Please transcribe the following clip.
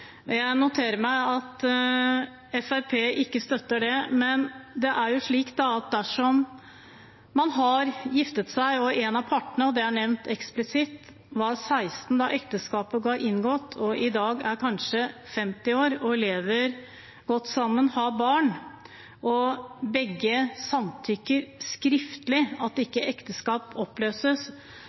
Jeg noterer meg at Fremskrittspartiet ikke støtter det, men dersom man har giftet seg og en av partene – og det er nevnt eksplisitt – var 16 år da ekteskapet ble inngått, og man i dag kanskje er 50 år, og de lever godt sammen, har barn, og begge samtykker skriftlig til at ekteskapet ikke skal oppløses,